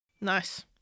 Nice